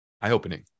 eye-opening